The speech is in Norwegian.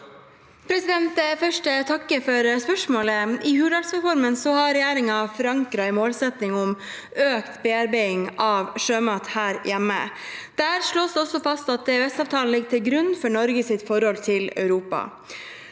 vil jeg takke for spørsmålet. I Hurdalsplattformen har regjeringen forankret en målsetting om økt bearbeiding av sjømat her hjemme. Der slås det også fast at EØS-avtalen ligger til grunn for Norges forhold til Europa.